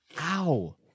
Ow